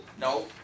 No